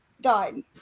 died